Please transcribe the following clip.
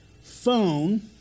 phone